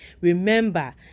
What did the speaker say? Remember